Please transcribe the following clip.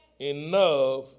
Enough